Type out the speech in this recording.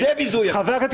די.